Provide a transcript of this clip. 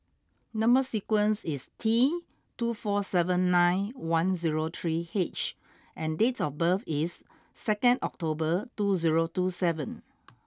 number sequence is T two four seven nine one zero three H and date of birth is second October two zero two seven